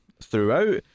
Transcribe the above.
throughout